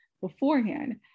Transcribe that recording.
beforehand